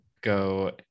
go